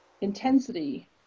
intensity